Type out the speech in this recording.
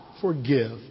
forgive